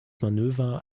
manöver